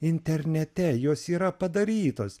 internete jos yra padarytos